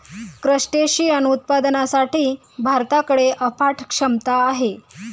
crustacean उत्पादनासाठी भारताकडे अफाट क्षमता आहे